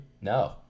No